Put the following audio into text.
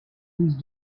these